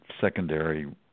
secondary